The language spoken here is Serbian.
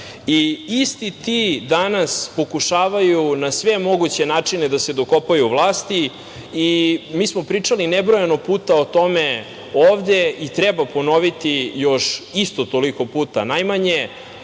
isti ti danas pokušavaju na sve moguće načine da se dokopaju vlasti. Mi smo pričali nebrojeno puta o tome ovde i treba ponoviti još isto toliko puta najmanje